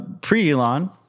pre-Elon